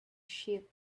sheep